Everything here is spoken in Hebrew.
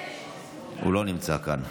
הוא לא נמצא כאן.